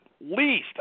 least